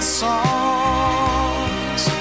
songs